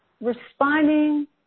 responding